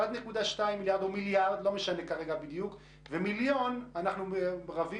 השקיעו 1.2 מיליארד, אבל פה מיליון ואנחנו רבים